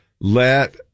let